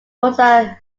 rosa